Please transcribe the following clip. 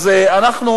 יש בפנינו